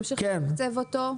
להמשיך לתקצב אותו.